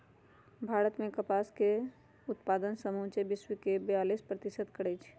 भारत मे कपास के उत्पादन समुचे विश्वके बेयालीस प्रतिशत करै छै